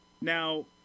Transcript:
Now